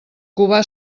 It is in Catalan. cubà